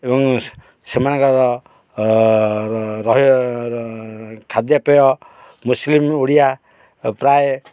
ଏବଂ ସେମାନଙ୍କର ଖାଦ୍ୟପେୟ ମୁସଲିମ ଓଡ଼ିଆ ପ୍ରାୟ